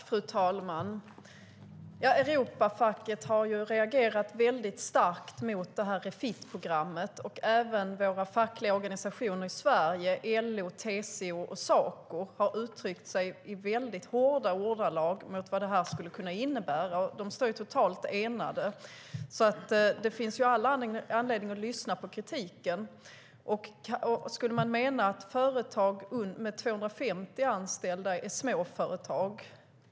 Fru talman! Europafacket har reagerat väldigt starkt mot Refit-programmet. Även våra fackliga organisationer i Sverige - LO, TCO och Saco - har uttryckt sig i hårda ordalag i fråga om vad det här skulle kunna innebära. De står totalt enade. Det finns alltså all anledning att lyssna på kritiken. Anses företag med 250 anställda vara småföretag?